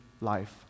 life